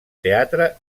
teatre